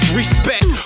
respect